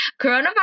Coronavirus